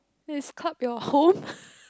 describe your home